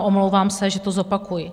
Omlouvám se, že to zopakuji.